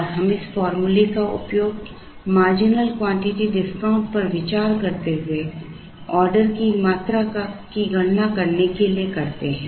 और हम इस फॉर्मूले का उपयोग मार्जिनल क्वांटिटी डिस्काउंट पर विचार करते हुए ऑर्डर की मात्रा की गणना करने के लिए करते हैं